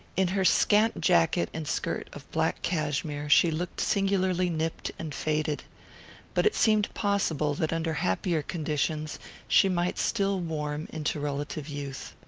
in her scant jacket and skirt of black cashmere she looked singularly nipped and faded but it seemed possible that under happier conditions she might still warm into relative youth.